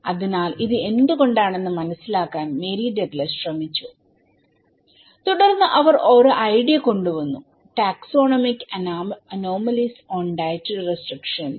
അതിനാൽ ഇത് എന്തുകൊണ്ടാണെന്ന് മനസിലാക്കാൻ മേരി ഡഗ്ലസ് ശ്രമിച്ചു തുടർന്ന്അവർ ഒരു ഐഡിയ കൊണ്ട് വന്നുടാക്സോണോമിക് അനോമലീസ് ഓൺ ഡയറ്ററി റെസ്ട്രിക് ഷൻസ്